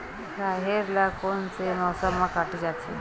राहेर ल कोन से मौसम म काटे जाथे?